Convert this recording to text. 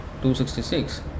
266